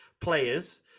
players